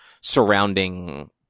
surrounding